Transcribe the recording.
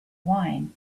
wine